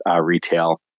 retail